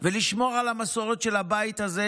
ולשמור על המסורת של הבית הזה,